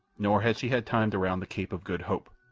nor had she had time to round the cape of good hope.